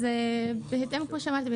כפי שאמרתי,